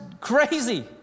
crazy